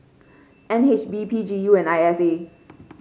N H B P G U and I S A